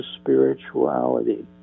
spirituality